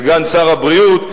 סגן שר הבריאות.